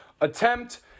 attempt